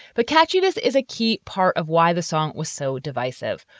but catchiness is a key part of why the song was so divisive.